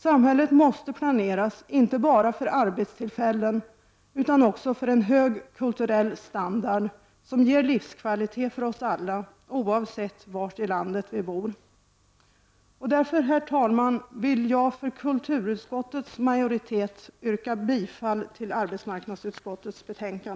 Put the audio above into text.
Samhället måste planeras, inte bara för arbetstillfällen, utan också för en hög kulturell standard som ger livskvalitet för oss alla, oavsett var i landet vi bor. Därför, herr talman, vill jag för kulturutskottets majoritet yrka bifall till arbetsmarknadsutskottets hemställan.